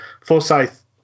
Forsyth